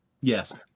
Yes